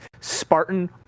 spartan